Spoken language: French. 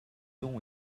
ont